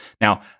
Now